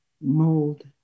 mold